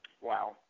Wow